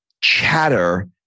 chatter